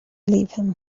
leave